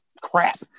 crap